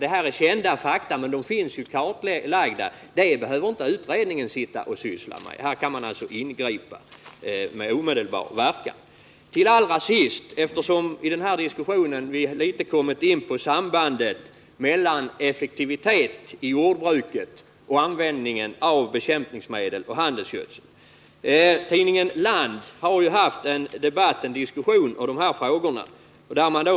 Detta är kända fakta, så det behöver inte utredningen syssla med. Här kan man ingripa med omedelbar verkan. Vi har i debatten kommit in på sambandet mellan effektivitet i jordbruket och användningen av bekämpningsmedel och handelsgödsel. I tidningen Land har det förts en diskussion om dessa frågor.